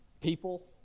people